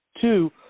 Two